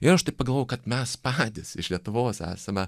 ir aš taip pagalvojau kad mes patys iš lietuvos esame